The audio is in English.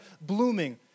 blooming